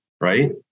right